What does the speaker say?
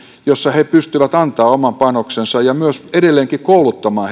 joissa he pystyvät antamaan oman panoksensa ja myös edelleenkin kouluttaa